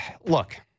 Look